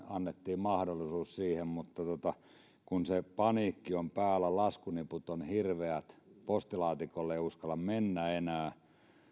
annettiin mahdollisuus siihen mutta kun se paniikki on päällä laskuniput ovat hirveät postilaatikolle ei uskalla mennä enää